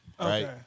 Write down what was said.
right